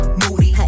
moody